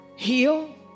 heal